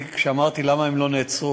כשאמרתי למה הם לא נעצרו,